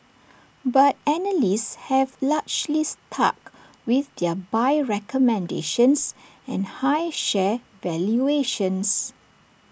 but analysts have largely stuck with their buy recommendations and high share valuations